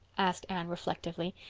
asked anne reflectively,